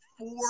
four